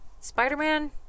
Spider-Man